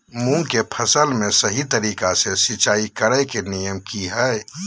मूंग के फसल में सही तरीका से सिंचाई करें के नियम की हय?